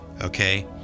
okay